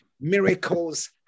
miracles